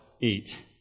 eat